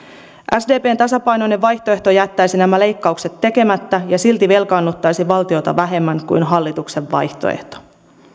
sdpn tasapainoinen vaihtoehto jättäisi nämä leikkaukset tekemättä ja silti velkaannuttaisi valtiota vähemmän kuin hallituksen vaihtoehto